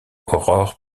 aurore